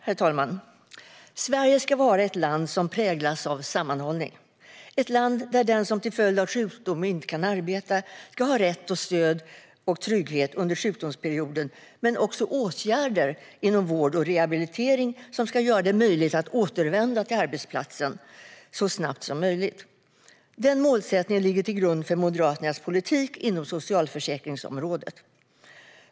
Herr talman! Sverige ska vara ett land som präglas av sammanhållning. Det ska vara ett land där den som till följd av sjukdom inte kan arbeta ska ha rätt till stöd och trygghet under sjukdomsperioden men också rätt till åtgärder inom vård och rehabilitering som ska göra det möjligt att återvända till arbetsplatsen så snabbt som möjligt. Denna målsättning ligger till grund för Moderaternas politik inom socialförsäkringsområdet.